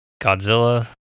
Godzilla